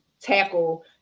tackle